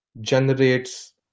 generates